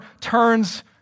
turns